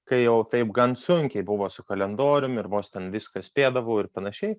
kai jau taip gan sunkiai buvo su kalendoriumi ir vos ten viską spėdavau ir panašiai